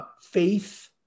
faith